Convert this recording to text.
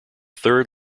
third